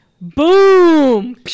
boom